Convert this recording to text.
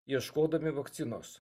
ieškodami vakcinos